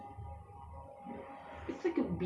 I tried [what] once then I feel like I cannot